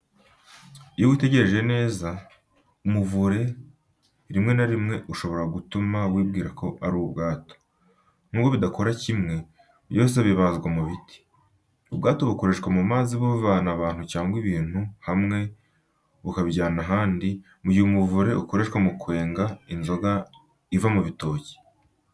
Iyo witegereje neza, umuvure rimwe na rimwe ushobora gutuma wibwira ko ari ubwato. Nubwo bidakora kimwe, byose bibazwa mu biti. Ubwato bukoreshwa mu mazi buvana abantu cyangwa ibintu ahantu hamwe bukabijyana ahandi, mu gihe umuvure ukoreshwa mu kwenga inzoga iva mu bitoki.